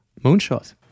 Moonshot